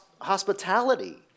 hospitality